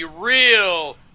real